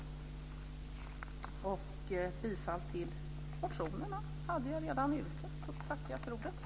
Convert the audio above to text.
Jag har redan yrkat bifall till motionerna. Därför tackar jag för ordet.